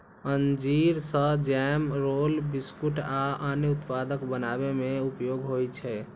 अंजीर सं jam, roll, biscuit आ अन्य उत्पाद बनाबै मे उपयोग होइ छै